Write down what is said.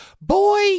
Boy